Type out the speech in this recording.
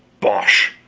bosh,